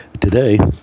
Today